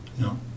No